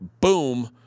boom